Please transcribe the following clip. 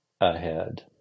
ahead